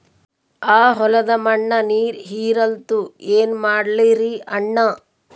ಆ ಹೊಲದ ಮಣ್ಣ ನೀರ್ ಹೀರಲ್ತು, ಏನ ಮಾಡಲಿರಿ ಅಣ್ಣಾ?